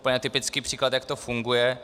Úplně typický příklad, jak to funguje.